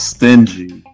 Stingy